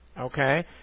Okay